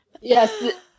yes